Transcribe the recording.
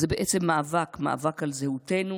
זה בעצם מאבק, מאבק על זהותנו